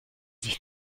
sich